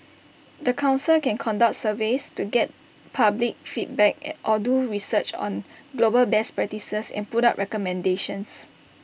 the Council can conduct surveys to get public feedback and or do research on global best practices and put up recommendations